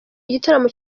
igitaramo